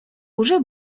уже